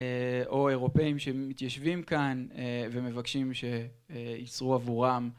או אירופאים שמתיישבים כאן ומבקשים שיצרו עבורם